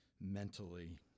mentally